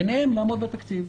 ביניהן לעמוד בתקציב.